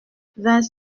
vingt